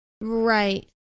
Right